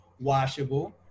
washable